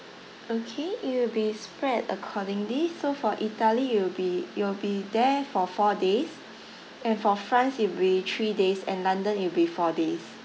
okay it will be spread accordingly so for italy you'll be you'll be there for four days and for france it'll three days and london it'll be four days